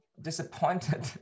disappointed